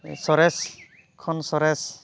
ᱥᱚᱨᱮᱥ ᱠᱷᱚᱱ ᱥᱚᱨᱮᱥ